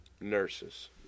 nurses